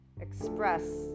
express